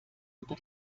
über